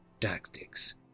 tactics